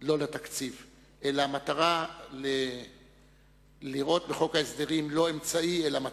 לא לתקציב, שתראה בחוק ההסדרים לא אמצעי אלא מטרה.